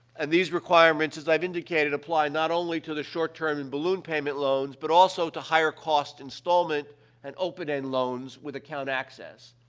and these requirements, as i've indicated, apply not only to the short-term and balloon payment loans but also to higher-cost installment and open-end loans with account access.